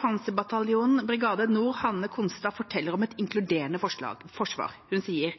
Panserbataljonen i Brigade Nord, Hanne Konstad, forteller om et inkluderende forsvar. Hun sier: